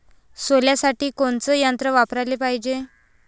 सोल्यासाठी कोनचं यंत्र वापराले पायजे?